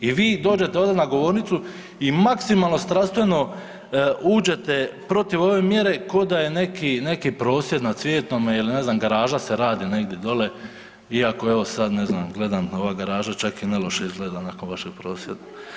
I vi dođete ovdje na govornicu i maksimalno strastveno uđete protiv ove mjere ko da je neki prosvjed na Cvjetnome ili ne znam, garaže se radi negdje dole iako evo sad ne znam, gledam, ova garaža čak i neloše izgleda nakon vašeg prosvjeda.